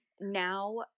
now